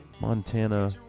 Montana